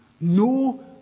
no